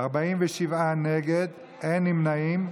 47 נגד, אין נמנעים.